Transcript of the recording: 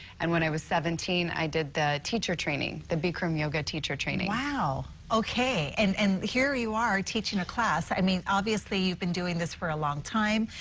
and when i was seventeen, i did the teacher training, the bikram yoga teacher training. wow. and and here you are teaching a glass. i mean obviously you've been doing this for a long time.